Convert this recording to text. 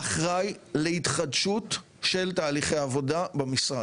אחראי להתחדשות של תהליכי עבודה במשרד.